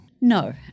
No